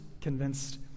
convinced